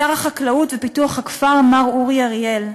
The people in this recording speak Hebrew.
שר החקלאות ופיתוח הכפר מר אורי אריאל.